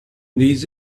these